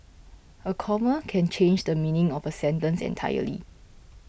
a comma can change the meaning of a sentence entirely